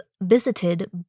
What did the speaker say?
visited